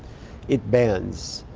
it bends,